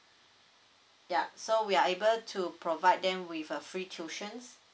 yup so we are able to provide them with a free tuitions